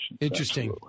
Interesting